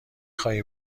خواهی